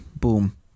Boom